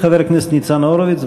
חבר הכנסת ניצן הורוביץ,